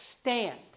stand